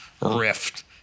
rift